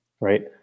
right